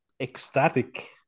ecstatic